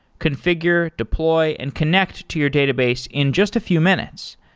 configure, deploy and connect to your database in just a few minutes.